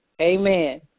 Amen